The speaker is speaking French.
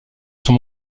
son